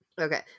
Okay